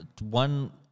one